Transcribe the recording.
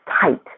tight